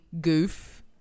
goof